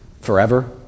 Forever